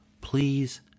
please